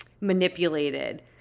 manipulated